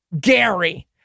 Gary